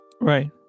right